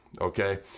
okay